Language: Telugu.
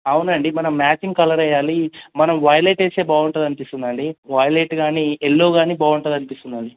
అవునండి మనం మ్యాచింగ్ కలర్ వెయ్యాలి మనం వైలెట్ వేస్తే బాగుంటుంది అనిపిస్తుందండి వైలెట్ గానీ ఎల్లో గానీ బాగుంటుంది అనిపిస్తుందండి